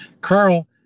Carl